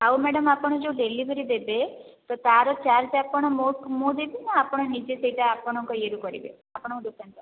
ଆଉ ମ୍ୟାଡ଼ାମ୍ ଆପଣ ଯେଉଁ ଡେଲିଭେରି ଦେବେ ତ ତା'ର ଚାର୍ଜ୍ଟା ଆପଣ ମୋ ମୁଁ ଦେବି ନା ଆପଣ ନିଜେ ସେଇଟା ଆପଣଙ୍କ ଇଏରୁ କରିବେ ଆପଣଙ୍କ ଦୋକାନ ତରଫରୁ